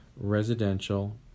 residential